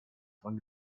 dran